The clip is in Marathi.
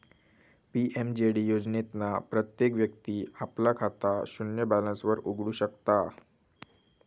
पी.एम.जे.डी योजनेतना प्रत्येक व्यक्ती आपला खाता शून्य बॅलेंस वर उघडु शकता